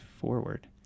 forward